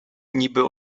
niby